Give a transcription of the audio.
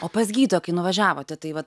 o pas gydytoją kai nuvažiavote tai vat